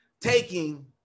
taking